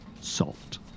salt